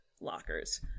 lockers